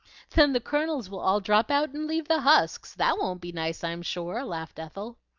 then the kernels will all drop out and leave the husks that won't be nice, i'm sure, laughed ethel.